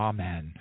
Amen